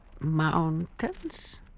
mountains